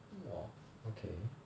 !wah! okay